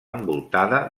envoltada